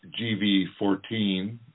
GV14